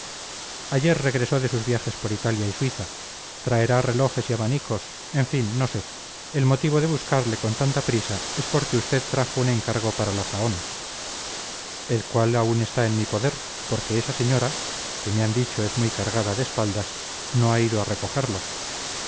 ayer regresó de sus viajes por italia y suiza traerá relojes y abanicos en fin no sé el motivo de buscarle con tanta prisa es porque usted trajo un encargo para la zahón el cual aún está en mi poder porque esa señora que me han dicho es muy cargada de espaldas no ha ido a recogerlo